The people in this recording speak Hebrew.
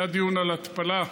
היה דיון על התפלה,